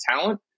talent